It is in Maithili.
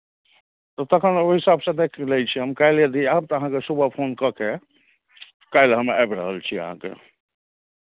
तऽ तखन ओहि हिसाबसँ देख लै छी हम काल्हि यदि आयब तऽ अहाँकेँ सुबह फोन कऽ कऽ काल्हि हम आबि रहल छी अहाँकेँ